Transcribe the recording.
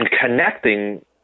connecting